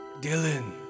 Dylan